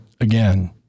again